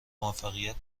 موفقیت